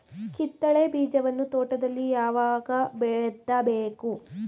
ಕಿತ್ತಳೆ ಬೀಜವನ್ನು ತೋಟದಲ್ಲಿ ಯಾವಾಗ ಬಿತ್ತಬೇಕು?